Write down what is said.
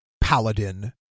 paladin